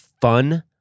fun